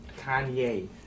Kanye